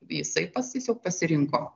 jisai pats tiesiog pasirinko